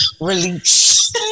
release